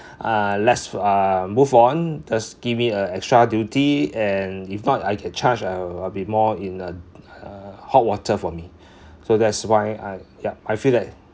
uh let's uh move on just give me a extra duty and if not I get the charge I will be more in uh uh hot water for me so that's why I ya I feel like